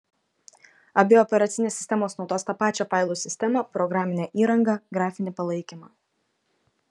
abi operacinės sistemos naudos tą pačią failų sistemą programinę įrangą grafinį palaikymą